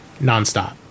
nonstop